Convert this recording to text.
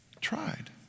Tried